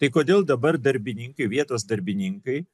tai kodėl dabar darbininkai vietos darbininkai